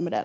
med den.